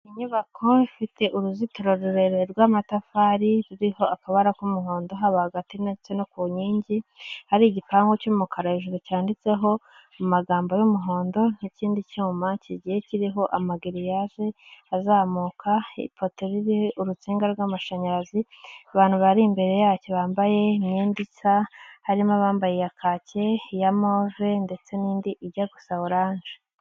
Inyubako ifite uruzitiro rurerure rw'amatafari ruriho akabara k'umuhondo haba hagati ndetse no ku nkingi, hari igipangu cy'umukara hejuru cyanditseho amagambo y'umuhondo, n'ikindi cyuma kigiye kiriho amagiriyaje azamuka, ipoto ririho urusinga rw'amashanyarazi, abantu bari imbere yacyo bambaye imyenda isa, harimo abambaye iya kake, iya move ndetse n'indi ijya gusa oranje.